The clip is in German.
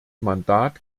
mandat